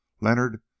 Leonard